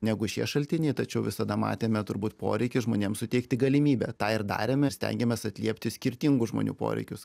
negu šie šaltiniai tačiau visada matėme turbūt poreikį žmonėms suteikti galimybę tą ir darėme ir stengiamės atliepti skirtingų žmonių poreikius